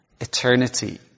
eternity